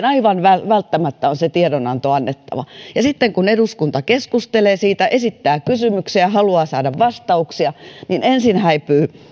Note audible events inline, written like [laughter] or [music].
[unintelligible] aivan välttämättä on se tiedonanto annettava ja sitten kun eduskunta keskustelee siitä esittää kysymyksiä haluaa saada vastauksia niin ensin häipyy